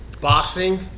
boxing